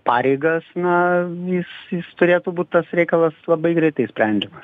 pareigas na jis jis turėtų būt tas reikalas labai greitai išsprendžiamas